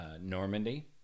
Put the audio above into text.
Normandy